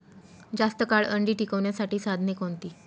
जास्त काळ अंडी टिकवण्यासाठी साधने कोणती?